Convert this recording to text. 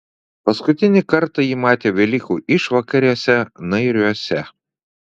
paskutinį kartą jį matė velykų išvakarėse nairiuose